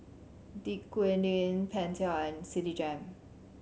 Dequadin Pentel and Citigem